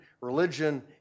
religion